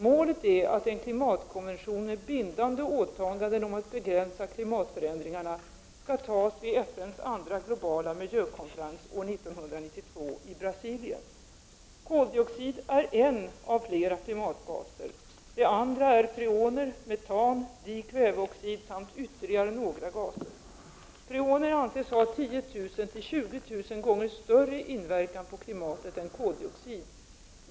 Målet är att en klimatkonvention med bindande åtaganden om att begränsa klimatförändringar skall antas vid FN:s andra globala miljökonferens år 1992 i Brasilien. Koldioxid är en utav flera klimatgaser. De andra är freoner, metan, dikväveoxid samt ytterligare några gaser. Freoner anses ha 10 000-20 000 gånger större inverkan på klimatet än koldioxid.